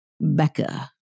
Becca